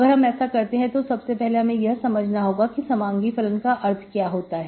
अगर हम ऐसा करते हैं तो सबसे पहले हमें यह समझना होगा कि समांगी फलन का क्या अर्थ होता है